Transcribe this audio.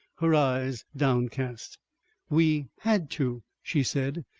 her eyes downcast we had to, she said,